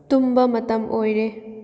ꯇꯨꯝꯕ ꯃꯇꯝ ꯑꯣꯏꯔꯦ